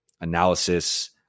analysis